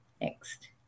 Next